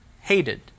hated